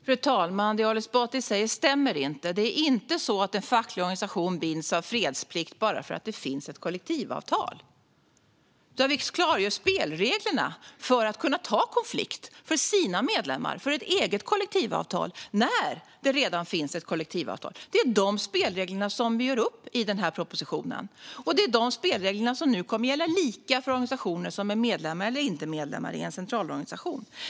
Fru talman! Det Ali Esbati säger stämmer inte. Det är inte så att en facklig organisation binds av fredsplikt bara för att det finns ett kollektivavtal. Vi klargör spelreglerna för att man ska kunna ta konflikt för sina medlemmar och ett eget kollektivavtal när det redan finns ett kollektivavtal. Det är dessa spelregler vi gör upp i denna proposition, och det är dessa spelregler som kommer att gälla lika för organisationer som är medlemmar eller inte medlemmar i en centralorganisation.